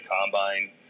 combine